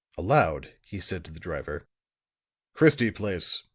aloud he said to the driver christie place.